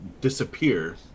disappear